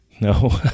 No